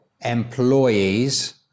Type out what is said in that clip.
employees